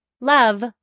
Love